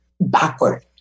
backward